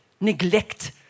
neglect